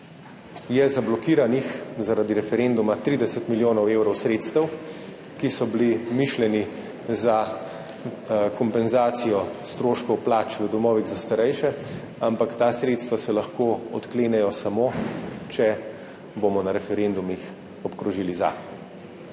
je zablokiranih 30 milijonov evrov sredstev, ki so bili mišljeni za kompenzacijo stroškov plač v domovih za starejše, ampak ta sredstva se lahko odklenejo samo, če bomo na referendumih obkrožili za.